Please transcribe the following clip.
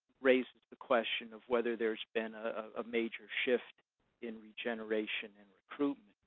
raises the question of whether there's been a major shift in regeneration and recruitment.